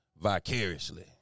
Vicariously